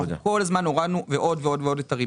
אנחנו כל הזמן הורדנו עוד ועוד את הריבית.